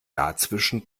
dazwischen